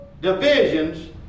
divisions